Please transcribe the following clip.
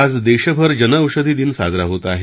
आज देशभर जनओषधी दिन साजरा होत आहे